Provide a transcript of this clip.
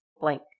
blank